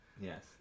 yes